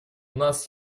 нас